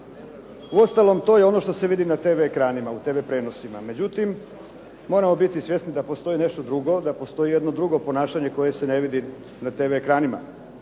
Uostalom, to je ono što se vidi na TV ekranima u TV prijenosima. Međutim, moramo biti svjesni da postoji nešto drugo, da postoji jedno drugo ponašanje koje se ne vidi na TV ekranima.